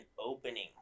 opening –